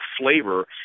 flavor